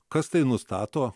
kas tai nustato